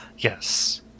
Yes